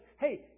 Hey